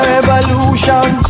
Revolution